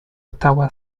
ottawa